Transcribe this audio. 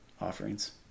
offerings